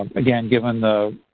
um again given the